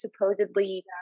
supposedly